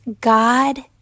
God